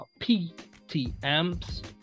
PTMs